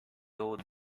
old